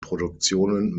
produktionen